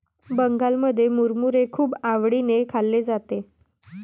बंगालमध्ये मुरमुरे खूप आवडीने खाल्ले जाते